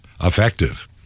effective